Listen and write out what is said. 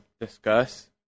discuss